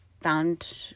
found